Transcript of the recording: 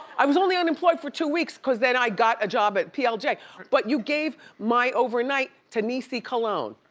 i was only unemployed for two weeks cause then i got a job at plj, but you gave my overnight to niecy colone.